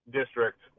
district